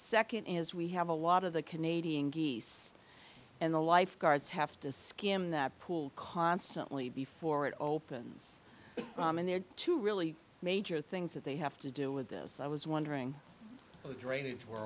second is we have a lot of the canadian geese and the lifeguards have to skim that pool constantly before it opens and there are two really major things that they have to do with this i was wondering if the drainage we're